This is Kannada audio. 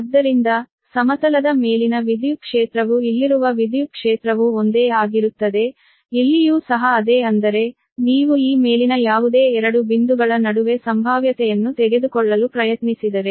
ಆದ್ದರಿಂದ ಸಮತಲದ ಮೇಲಿನ ವಿದ್ಯುತ್ ಕ್ಷೇತ್ರವು ಇಲ್ಲಿರುವ ವಿದ್ಯುತ್ ಕ್ಷೇತ್ರವು ಒಂದೇ ಆಗಿರುತ್ತದೆ ಇಲ್ಲಿಯೂ ಸಹ ಅದೇ ಅಂದರೆ ನೀವು ಈ ಮೇಲಿನ ಯಾವುದೇ 2 ಬಿಂದುಗಳ ನಡುವೆ ಸಂಭಾವ್ಯತೆಯನ್ನು ತೆಗೆದುಕೊಳ್ಳಲು ಪ್ರಯತ್ನಿಸಿದರೆ